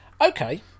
Okay